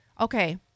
okay